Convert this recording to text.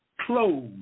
close